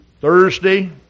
Thursday